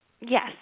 Yes